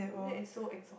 that is so awesome